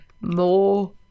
more